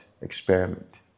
experiment